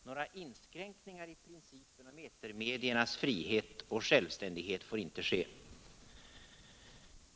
Några inskränkningar i principen om etermediernas frihet och självständighet får inte ske.